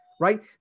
Right